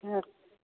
हऽ